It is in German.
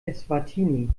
eswatini